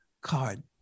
card